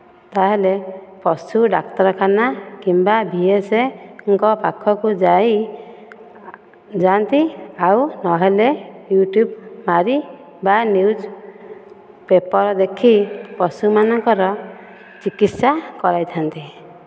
ତା'ହେଲେ ପଶୁ ଡାକ୍ତରଖାନା କିମ୍ବା ଭିଏସ୍ଙ୍କ ପାଖକୁ ଯାଇ ଯାଆନ୍ତି ଆଉ ନହେଲେ ୟୁଟ୍ୟୁବ୍ ମାରି ବା ନ୍ୟୁଜ ପେପର ଦେଖି ପଶୁମାନଙ୍କର ଚିକିତ୍ସା କରାଇଥା'ନ୍ତି